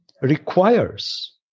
requires